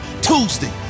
Tuesday